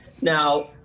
Now